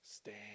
Stand